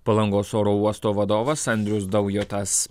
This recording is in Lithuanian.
palangos oro uosto vadovas andrius daujotas